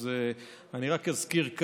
אני רק אזכיר,